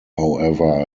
however